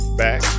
back